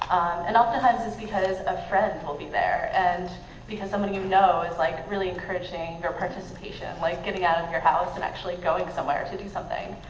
and oftentimes it's because a friend will be there and because someone you know is like really encouraging your participation, like getting out of your house and actually going somewhere to do something.